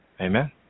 Amen